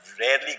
rarely